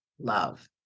love